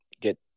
get